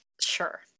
Sure